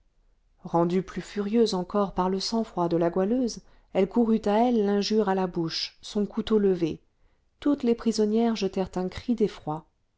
rendue plus furieuse encore par le sang-froid de la goualeuse elle courut à elle l'injure à la bouche son couteau levé toutes les prisonnières jetèrent un cri d'effroi